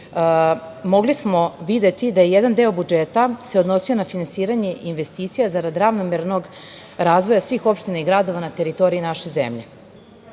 mogli smo videti da se jedan deo budžeta odnosio na finansiranje investicija zarad ravnomernog razvoja svih opština i gradova na teritoriji naše zemlje.